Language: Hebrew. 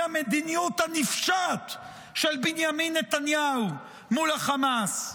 המדיניות הנפשעת של בנימין נתניהו מול החמאס.